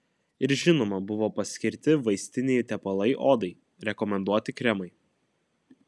ir žinoma buvo paskirti vaistiniai tepalai odai rekomenduoti kremai